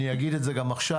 אני אגיד את זה גם עכשיו,